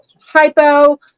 hypo